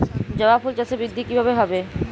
জবা ফুল চাষে বৃদ্ধি কিভাবে হবে?